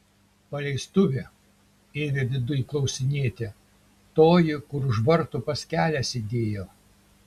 paleistuvė ėmė viduj klausinėti toji kur už vartų pas kelią sėdėjo